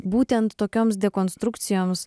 būtent tokioms dekonstrukcijoms